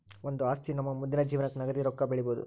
ಒಂದು ಆಸ್ತಿ ನಮ್ಮ ಮುಂದಿನ ಜೀವನಕ್ಕ ನಗದಿ ರೊಕ್ಕ ಬೆಳಿಬೊದು